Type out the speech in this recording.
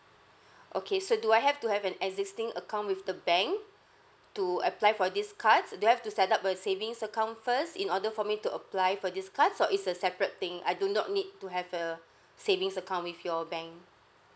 okay so do I have to have an existing account with the bank to apply for these cards do I have to set up a savings account first in order for me to apply for these cards or it's a separate thing I do not need to have a savings account with your bank